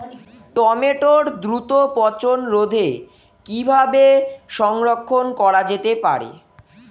টমেটোর দ্রুত পচনরোধে কিভাবে সংরক্ষণ করা যেতে পারে?